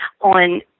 on